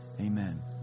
amen